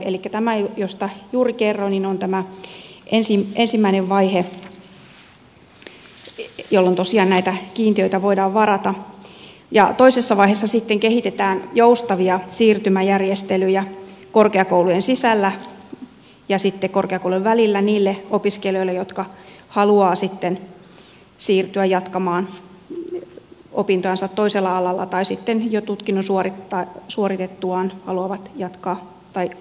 elikkä tämä josta juuri kerroin on tämä ensimmäinen vaihe jolloin tosiaan näitä kiintiöitä voidaan varata ja toisessa vaiheessa sitten kehitetään joustavia siirtymäjärjestelyjä korkeakoulujen sisällä ja korkeakoulujen välillä niille opiskelijoille jotka haluavat sitten siirtyä jatkamaan opintojansa toisella alalla tai jo tutkinnon suoritettuaan haluavat hakeutua uudelleen